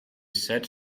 set